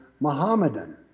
Muhammadan